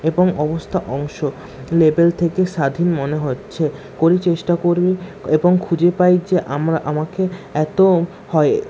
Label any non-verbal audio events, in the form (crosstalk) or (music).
এবং অবস্থা অংশ লেভেল থেকে স্বাধীন মনে হচ্ছে (unintelligible) চেষ্টা করেই এবং খুঁজে পাই যে আমরা আমাকে এতো হয়